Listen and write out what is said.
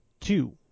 two